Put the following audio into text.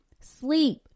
Sleep